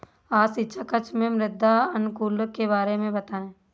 आज शिक्षक कक्षा में मृदा अनुकूलक के बारे में बताएं